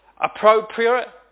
appropriate